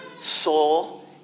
soul